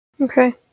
Okay